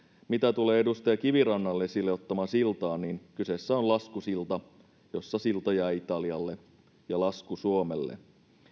mitä tulee edustaja kivirannan esille ottamaan siltaan niin kyseessä on laskusilta jossa silta jää italialle ja lasku suomelle